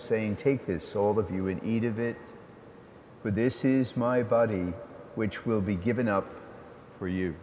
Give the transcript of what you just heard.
saying take this all that he would eat of it but this is my body which will be given up for you